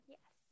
Yes